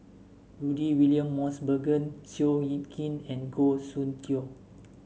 Rudy William Mosbergen Seow Yit Kin and Goh Soon Tioe